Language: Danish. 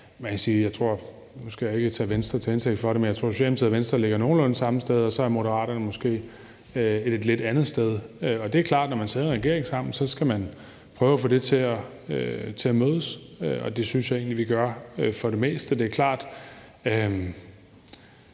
og Venstre ligger nogenlunde samme sted, og så er Moderaterne måske et lidt andet sted. Og det er klart, at når man sidder i en regering sammen, skal man prøve at få det til at mødes, og det synes jeg egentlig vi for det meste